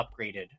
upgraded